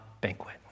banquet